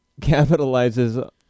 capitalizes